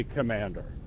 Commander